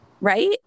right